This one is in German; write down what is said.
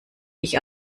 ich